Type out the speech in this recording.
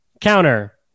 counter